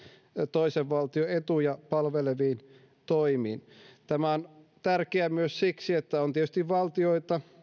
toisen valtion etuja palveleviin toimiin tämä on tärkeää myös siksi että on tietysti valtioita